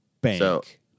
bank